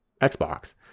Xbox